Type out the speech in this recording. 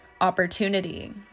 opportunity